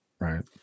right